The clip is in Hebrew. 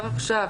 כמחוקקים.